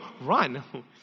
run